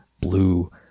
blue